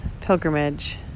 pilgrimage